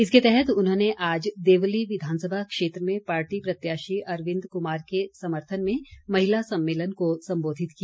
इसके तहत उन्होंने आज देवली विधानसभा क्षेत्र में पार्टी प्रत्याशी अरविंद कुमार के समर्थन में महिला सम्मेलन को सम्बोधित किया